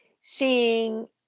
seeing